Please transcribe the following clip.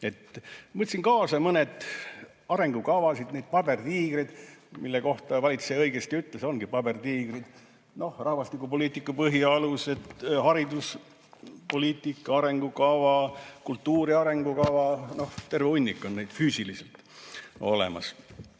võtsin kaasa mõned arengukavad, need pabertiigrid, nagu valitseja õigesti ütles. Need ongi pabertiigrid: rahvastikupoliitika põhialused, hariduspoliitika arengukava, kultuuri arengukava, terve hunnik on neid füüsiliselt olemas.